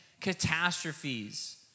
catastrophes